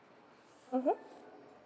(uh huh)